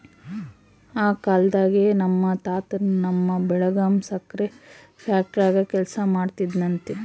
ಆ ಕಾಲ್ದಾಗೆ ನಮ್ ತಾತನ್ ತಮ್ಮ ಬೆಳಗಾಂ ಸಕ್ರೆ ಫ್ಯಾಕ್ಟರಾಗ ಕೆಲಸ ಮಾಡ್ತಿದ್ನಂತೆ